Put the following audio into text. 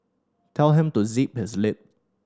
tell him to zip his lip